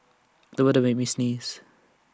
the weather made me sneeze